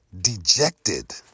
dejected